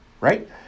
right